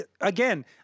again